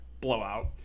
blowout